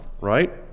right